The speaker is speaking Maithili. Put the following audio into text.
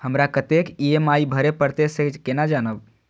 हमरा कतेक ई.एम.आई भरें परतें से केना जानब?